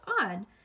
odd